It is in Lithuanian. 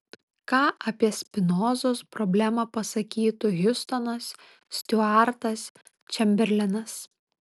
ką apie spinozos problemą pasakytų hiustonas stiuartas čemberlenas